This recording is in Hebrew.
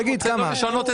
מי נמנע?